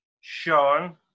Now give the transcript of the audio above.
Sean